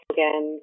Again